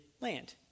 land